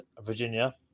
Virginia